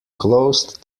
closed